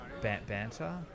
Banter